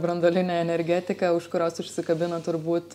branduolinė energetika už kurios užsikabino turbūt